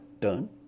turn